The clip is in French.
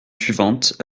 suivantes